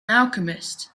alchemist